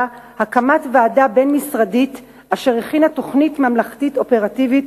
הקמת ועדה בין-משרדית אשר הכינה תוכנית ממלכתית אופרטיבית